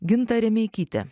ginta remeikytė